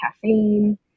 caffeine